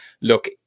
look